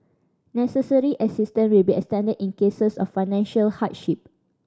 necessary assistance will be extended in cases of financial hardship